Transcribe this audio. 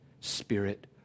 spirit